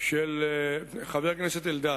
של חבר הכנסת אלדד,